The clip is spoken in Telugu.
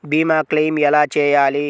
భీమ క్లెయిం ఎలా చేయాలి?